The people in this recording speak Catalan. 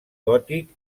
gòtic